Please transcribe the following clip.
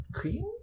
queen